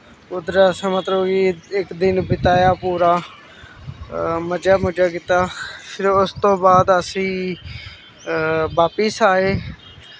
उद्धर अस मतलब कि इक दिन बिताया पूरा मजा मुजा कीता फिर उस तो बाद असी बापस आए